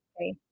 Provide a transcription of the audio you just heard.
okay